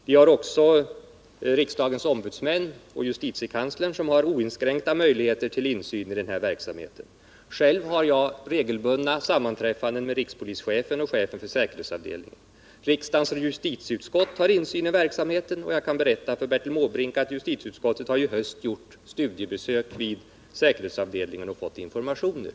Vidare har riksdagens ombudsmän och justitiekanslern oinskränkta möjligheter till insyn i verksamheten. Själv har jag regelbundna sammanträffanden med rikspolischefen och chefen för säkerhetsavdelningen. Också riksdagens justitieutskott har insyn i verksamheten, och jag kan berätta för Bertil Måbrink att utskottet i höst har gjort studiebesök vid säkerhetsavdelningen och fått informationer.